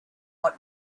what